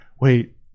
wait